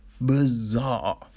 bizarre